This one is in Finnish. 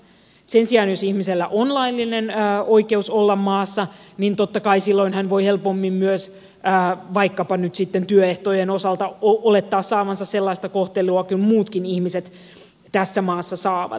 sen sijaan jos ihmisellä on laillinen oikeus olla maassa niin totta kai hän voi silloin helpommin vaikkapa nyt sitten työehtojen osalta olettaa saavansa sellaista kohtelua kuin muutkin ihmiset tässä maassa saavat